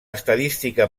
estadística